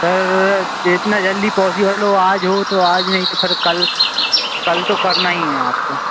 sir जितना जल्दी possible हो आज हो तो आज नहीं तो फिर कल कल तो करना ही है आपको